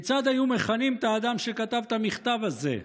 כיצד היו מכנים את האדם שכתב את המכתב הזה?